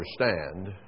understand